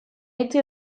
itxi